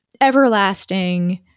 everlasting